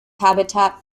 habitat